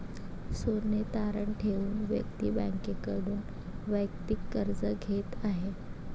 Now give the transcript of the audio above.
सोने तारण ठेवून व्यक्ती बँकेकडून वैयक्तिक कर्ज घेत आहे